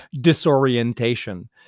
disorientation